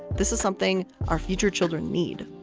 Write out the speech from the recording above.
this is something our future children need.